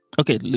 Okay